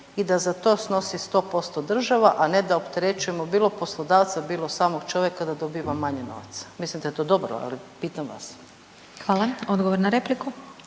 i da za to snosi 100% država, a ne da opterećujemo, bilo poslodavca, bilo samog čovjeka da dobiva manje novca. Mislim da je to dobro, ali pitam vas. **Glasovac, Sabina